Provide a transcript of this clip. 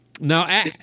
Now